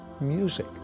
music